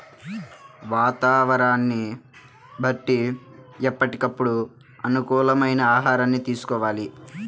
వాతావరణాన్ని బట్టి ఎప్పటికప్పుడు అనుకూలమైన ఆహారాన్ని తీసుకోవాలి